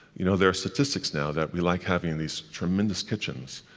you know there are statistics now that we like having these tremendous kitchens.